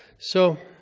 so